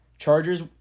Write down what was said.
Chargers